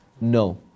No